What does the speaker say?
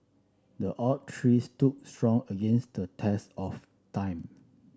the oak tree stood strong against the test of time